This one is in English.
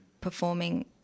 performing